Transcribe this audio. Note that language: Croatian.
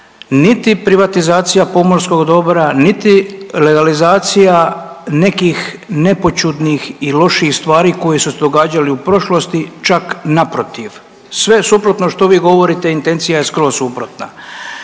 niti privatizacija pomorskog dobra, niti legalizacija nekih nepoćudnih i loših stvari koje su se događale u prošlosti čak naprotiv. Sve je suprotno što vi govorite, intencija je skroz suprotna.